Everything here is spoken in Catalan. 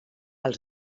als